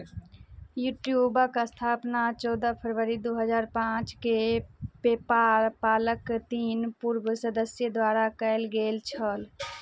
यूट्यूबके स्थापना चौदह फरवरी दुइ हजार पाँचके पेपा पालके तीन पूर्व सदस्य द्वारा कएल गेल छल